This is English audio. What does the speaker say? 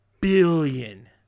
billion